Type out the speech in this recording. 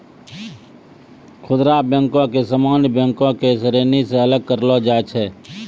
खुदरा बैको के सामान्य बैंको के श्रेणी से अलग करलो जाय छै